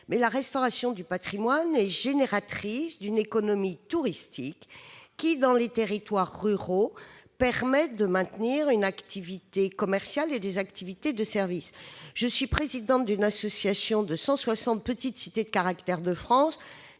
: sa restauration génère une économie touristique qui, dans les territoires ruraux, permet de maintenir une activité commerciale et des activités de service. Je suis présidente d'une association qui regroupe 160 petites cités de caractère de France.